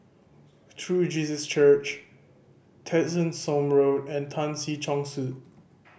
True Jesus Church Tessensohn Road and Tan Si Chong Su